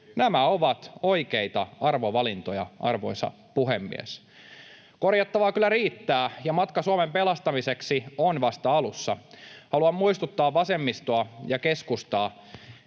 Nämä ovat oikeita arvovalintoja, arvoisa puhemies. Korjattavaa kyllä riittää, ja matka Suomen pelastamiseksi on vasta alussa. Haluan muistuttaa vasemmistoa ja keskustaa,